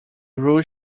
rules